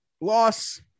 loss